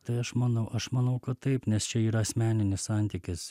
tai aš manau aš manau kad taip nes čia yra asmeninis santykis